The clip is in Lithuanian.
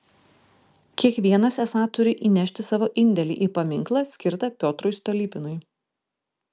kiekvienas esą turi įnešti savo indėlį į paminklą skirtą piotrui stolypinui